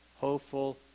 hopeful